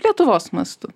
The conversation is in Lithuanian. lietuvos mastu